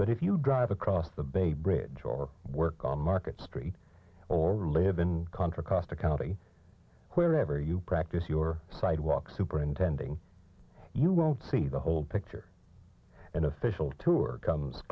but if you drive across the bay bridge or work on market street or live in contra costa county wherever you practice your sidewalk superintending you won't see the whole picture an official tour comes